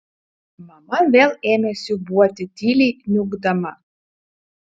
mama vėl ėmė siūbuoti tyliai niūkdama